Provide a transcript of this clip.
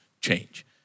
change